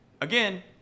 again